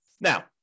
now